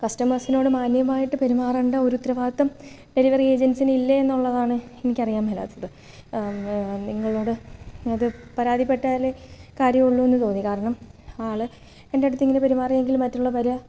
കസ്റ്റമേഴ്സിനോട് മാന്യമായിട്ടു പെരുമാറേണ്ടവർ ഉത്തരവാദിത്വം ഡെലിവറി ഏജൻറ്റ്സിന് ഇല്ലെന്നുള്ളതാണ് എനിക്കറിയാൻ മേലാത്തത് നിങ്ങളോട് അത് പരാതിപ്പെട്ടാലെ കാര്യമുള്ളുവെന്നു തോന്നി കാരണം ആ ആൾ എൻ്റടുത്തിങ്ങനെ പെരുമാറിയെങ്കിൽ മറ്റുള്ളവർ